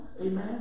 Amen